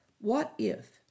What-if